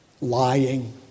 lying